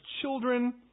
children